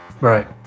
Right